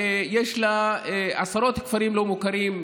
מי שמצביע בעד מבקש להעביר לוועדה מסדרת,